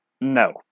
No